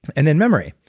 and then memory,